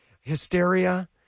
Hysteria